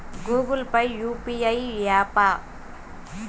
Google Pay UPI య్యాపా?